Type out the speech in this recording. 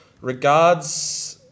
Regards